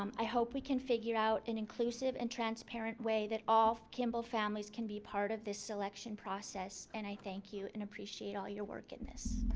um i hope we can figure out an inclusive and transparent way that all kimball families can be part of this selection process. and i thank you and appreciate all your work in this.